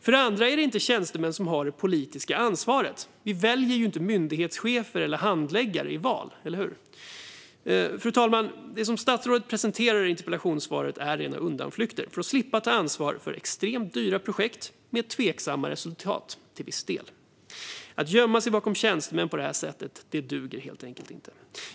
För det andra är det inte tjänstemän som har det politiska ansvaret. Vi väljer ju inte myndighetschefer eller handläggare i val - eller hur? Fru talman! Det som statsrådet presenterar i interpellationssvaret är rena undanflykter för att slippa ta ansvar för extremt dyra projekt med till viss del tveksamma resultat. Att gömma sig bakom tjänstemän på detta sätt duger helt enkelt inte.